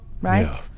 Right